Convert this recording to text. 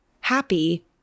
happy